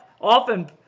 Often